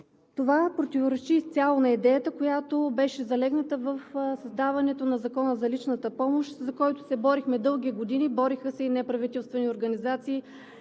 Това противоречи изцяло на идеята, която беше залегнала в създаването на Закона за личната помощ, за който се борихме дълги години. Бориха се и неправителствените организации,